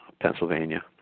Pennsylvania